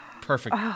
Perfect